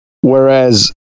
Whereas